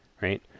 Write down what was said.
right